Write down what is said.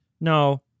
No